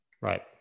Right